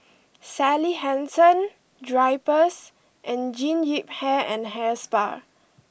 Sally Hansen Drypers and Jean Yip Hair and Hair Spa